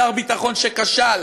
שר ביטחון שכשל,